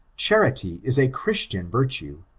charity is a christian virtue,